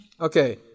Okay